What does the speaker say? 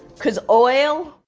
because oil?